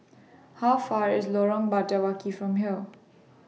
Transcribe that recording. How Far away IS Lorong Batawi from here